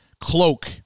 cloak